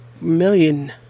million